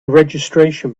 registration